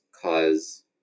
cause